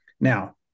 Now